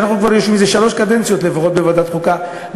שאנחנו יושבים כבר איזה שלוש קדנציות לפחות בוועדת חוקה,